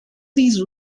these